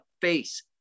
face